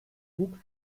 bug